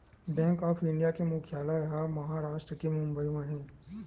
bank of India के मुख्यालय ह महारास्ट के बंबई म हे